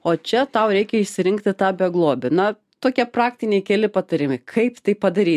o čia tau reikia išsirinkti tą beglobį na tokie praktiniai keli patarimai kaip tai padaryti